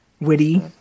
witty